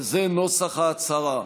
וזה נוסח ההצהרה: